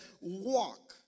walk